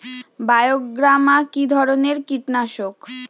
বায়োগ্রামা কিধরনের কীটনাশক?